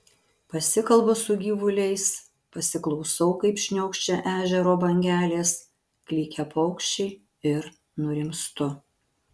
pasikalbu su gyvuliais pasiklausau kaip šniokščia ežero bangelės klykia paukščiai ir nurimstu